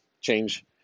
change